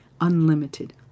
Unlimited